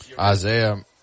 Isaiah